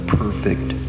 perfect